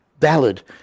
valid